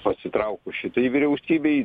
pasitraukus šitai vyriausybei